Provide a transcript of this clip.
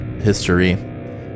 history